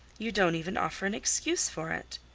you don't even offer an excuse for it.